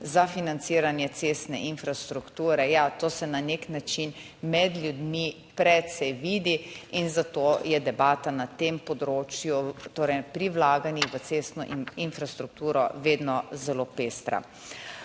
za financiranje cestne infrastrukture. Ja, to se na nek način med ljudmi precej vidi. In zato je debata na tem področju, torej pri vlaganjih v cestno infrastrukturo, vedno zelo pestra.